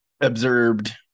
observed